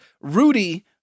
Rudy